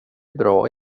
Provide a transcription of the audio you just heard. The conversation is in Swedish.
bra